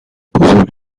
بزرگ